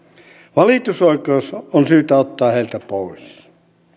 valitusoikeus on syytä ottaa heiltä pois